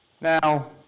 now